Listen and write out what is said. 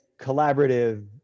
collaborative